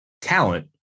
talent